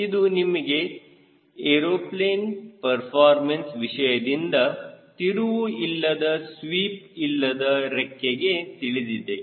ಇದು ನಮಗೆ aeroplane performance ವಿಷಯದಿಂದ ತಿರುವು ಇಲ್ಲದ ಸ್ವೀಪ್ಇಲ್ಲದ ರೆಕ್ಕೆಗೆ ತಿಳಿದಿದೆ